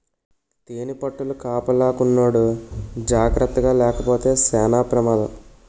తేనిపట్టుల కాపలాకున్నోడు జాకర్తగాలేపోతే సేన పెమాదం